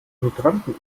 hydranten